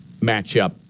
matchup